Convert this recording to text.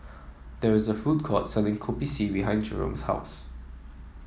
there is a food court selling Kopi C behind Jerome's house